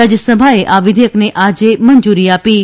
રાજ્યસભાએ આ વિધેયકને આજે મંજૂરી આદી છે